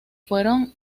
fueron